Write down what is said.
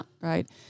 Right